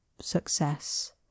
success